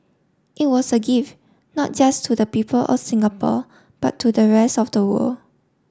it was a gift not just to the people of Singapore but to the rest of the world